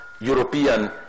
European